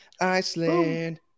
Iceland